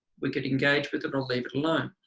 we could engage with it, or leave it alone.